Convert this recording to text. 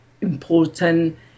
important